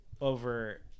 over